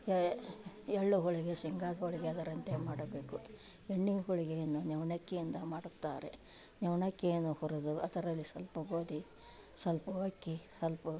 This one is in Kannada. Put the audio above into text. ಎಳ್ಳು ಹೋಳಿಗೆ ಶೇಂಗ ಹೋಳಿಗೆ ಅದರಂತೆ ಮಾಡಬೇಕು ಎಣ್ಣೆ ಹೋಳಿಗೆಯನ್ನು ನೆವಣಕ್ಕಿಯಿಂದ ಮಾಡುತ್ತಾರೆ ನೆವಣಕ್ಕಿಯನ್ನು ಹುರಿದು ಅದರಲ್ಲಿ ಸ್ವಲ್ಪ ಗೋದಿ ಸ್ವಲ್ಪ ಅಕ್ಕಿ ಸ್ವಲ್ಪ